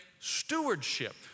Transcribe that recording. stewardship